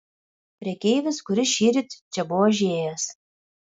prekeivis kuris šįryt čia buvo užėjęs